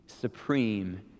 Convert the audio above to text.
supreme